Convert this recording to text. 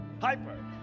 hyper